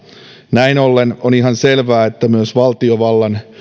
näin ollen on ihan selvää että myös valtiovallan